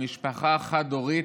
למשפחה חד-הורית,